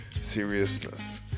seriousness